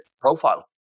profile